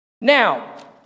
Now